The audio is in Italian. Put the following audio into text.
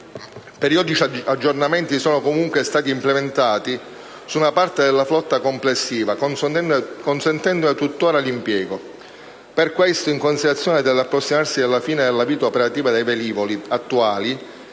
Periodici aggiornamenti sono comunque stati implementati su una parte della flotta complessiva, consentendone tutt'ora l'impiego. Per questo, in considerazione dell'approssimarsi della fine della vita operativa dei velivoli attuali,